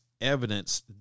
evidence